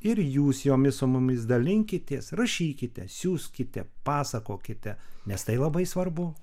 ir jūs jomis su mumis dalinkitės rašykite siųskite pasakokite nes tai labai svarbu